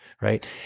Right